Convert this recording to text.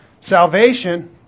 salvation